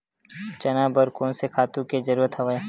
चना बर कोन से खातु के जरूरत हवय?